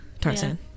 Tarzan